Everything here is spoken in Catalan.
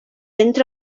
entra